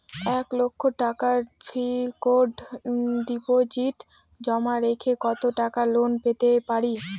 এক লক্ষ টাকার ফিক্সড ডিপোজিট জমা রেখে কত টাকা লোন পেতে পারি?